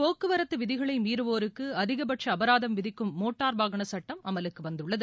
போக்குவரத்து விதிகளை மீறுவோருக்கு அதிகபட்ச அபராதம் விதிக்கும் மோட்டார் வாகன சட்டம் அமலுக்கு வந்துள்ளது